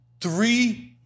three